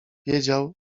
wiedział